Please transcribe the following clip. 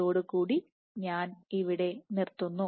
അതോടുകൂടി ഞാൻ ഇവിടെ നിർത്തുന്നു